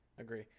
Agree